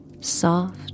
...soft